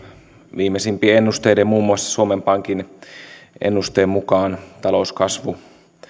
viimeisimpien ennusteiden muun muassa suomen pankin ennusteen mukaan talouskasvu